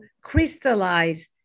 crystallize